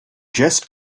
just